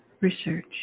Research